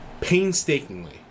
Painstakingly